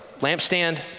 lampstand